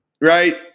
Right